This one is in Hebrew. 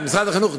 משרד החינוך,